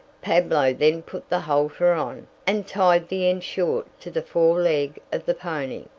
pablo then put the halter on, and tied the end short to the fore-leg of the pony,